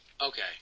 Okay